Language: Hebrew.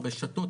הרשתות,